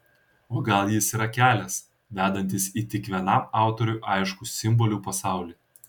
o gal jis yra kelias vedantis į tik vienam autoriui aiškų simbolių pasaulį